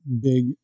big